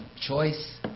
choice